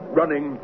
running